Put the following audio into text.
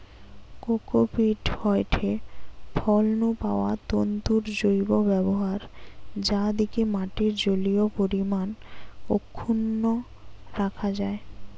cocopeat হয়ঠে ফল নু পাওয়া তন্তুর জৈব ব্যবহার যা দিকি মাটির জলীয় পরিমাণ অক্ষুন্ন রাখা যায়